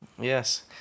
Yes